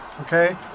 Okay